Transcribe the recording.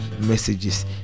messages